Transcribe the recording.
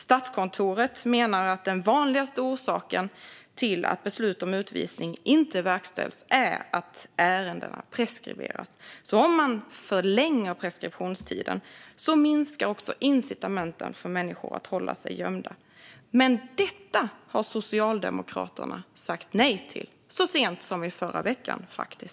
Statskontoret menar att den vanligaste orsaken till att beslut om utvisning inte verkställs är att ärendena preskriberas. Om man förlänger preskriptionstiden minskar också incitamenten för människor att hålla sig gömda. Men detta har Socialdemokraterna sagt nej till, faktiskt så sent som i förra veckan. Varför?